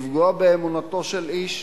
לפגוע באמונתו של איש.